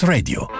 Radio